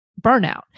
burnout